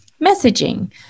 messaging